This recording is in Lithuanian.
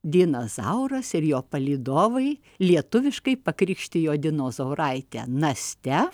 dinas zauras ir jo palydovai lietuviškai pakrikštijo dinozauraitę naste